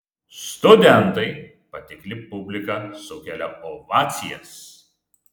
studentai patikli publika sukelia ovacijas